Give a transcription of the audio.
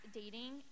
dating